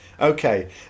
Okay